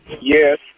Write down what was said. Yes